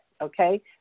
Okay